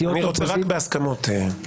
"סיעות האופוזיציה"